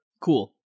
Cool